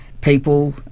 people